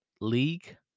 league